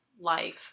life